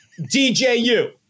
DJU